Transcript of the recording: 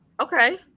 Okay